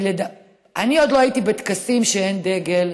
אני עוד לא הייתי בטקסים שאין דגל,